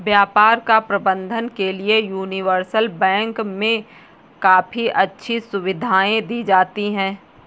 व्यापार या प्रबन्धन के लिये यूनिवर्सल बैंक मे काफी अच्छी सुविधायें दी जाती हैं